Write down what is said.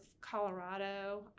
Colorado